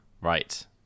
right